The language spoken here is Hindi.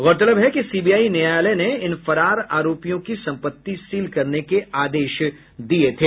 गौरतलब है कि सीबीआई न्यायालय ने इन फरार आरोपियों की संपत्ति सील करने के आदेश दिये थे